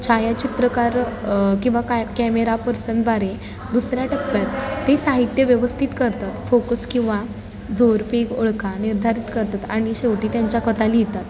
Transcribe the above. छायाचित्रकार किंवा कॅ कॅमेरा पर्सन द्वारे दुसऱ्या टप्प्यात ते साहित्य व्यवस्थित करतात फोकस किंवा झोरपेग ओळखा निर्धारित करतात आणि शेवटी त्यांच्या कथा लिहितात